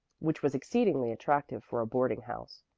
which was exceedingly attractive for a boarding-house.